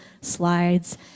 slides